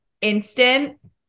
instant